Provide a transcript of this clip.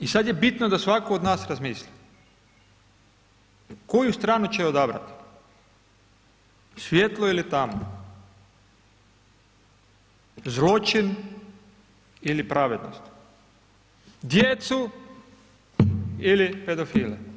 I sada je bitno da svatko od nas razmisli koju stranu će odabrati, svijetlu ili tamnu, zločin ili pravednost, djecu ili pedofile.